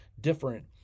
different